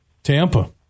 Tampa